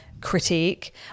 critique